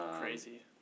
Crazy